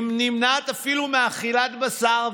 היא נמנעת אפילו מאכילת בשר,